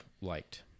liked